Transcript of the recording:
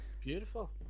beautiful